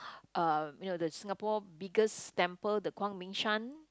(Uuh) you know the Singapore biggest temple the 光明山